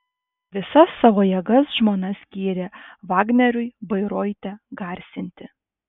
visas savo jėgas žmona skyrė vagneriui bairoite garsinti